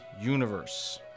universe